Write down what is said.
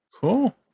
Cool